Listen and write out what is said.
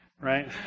right